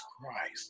christ